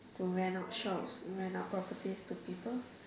to rent out shops rent out properties to people